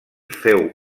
feu